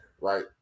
Right